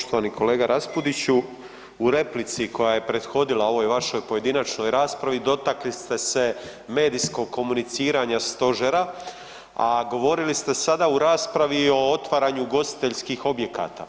Poštovani kolega Raspudiću, u replici koja je prethodila ovoj vašoj pojedinačnoj raspravi dotakli ste se medijskog komuniciranja stožera, a govorili ste sada u raspravi o otvaranju ugostiteljskih objekata.